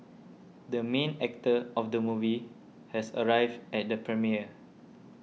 the main actor of the movie has arrived at the premiere